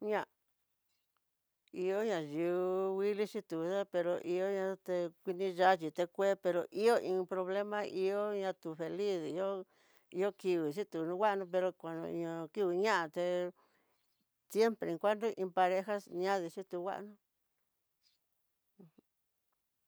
Ña'a, ihó na yu'u, nguili xhituyá pero ihó até kuini xa'á yute kue, pero ihó hu iin problema ihó ña tu feliz ihó kingui xhi tu no nguano, pero koño ña kivii ña'a té siempre en cuanto iin pareja ñade xhitu nguana uj.